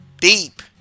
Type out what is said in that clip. deep